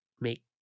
make